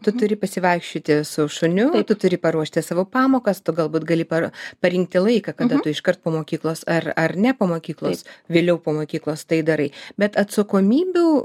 tu turi pasivaikščioti su šuniu tu turi paruošti savo pamokas tu galbūt gali per parinkti laiką kada tu iškart po mokyklos ar ar ne po mokyklos vėliau po mokyklos tai darai bet atsakomybių